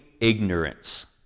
ignorance